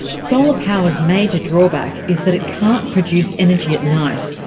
solar power's major drawback is that it can't produce energy at night,